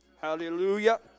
Hallelujah